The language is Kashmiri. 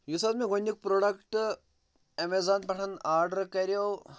یُس حظ مےٚ گۄڈنیُک پرٛوڈَکٹ اٮ۪میزان پٮ۪ٹھ آرڈَر کَریو